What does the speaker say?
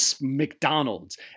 McDonald's